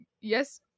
yes